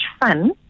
fun